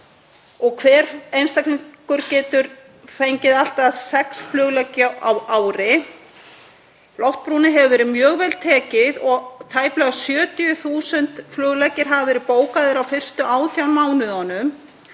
og hver einstaklingur getur fengið allt að sex flugleggi á ári. Loftbrúnni hefur verið mjög vel tekið og tæplega 70.000 flugleggir hafa verið bókaðir á fyrstu 18 mánuðunum.